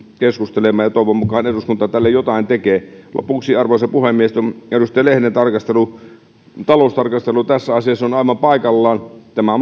keskustelemaan ja toivon mukaan eduskunta tälle jotain tekee lopuksi arvoisa puhemies edustaja lehden taloustarkastelu tässä asiassa on aivan paikallaan tämä